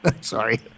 Sorry